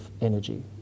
energy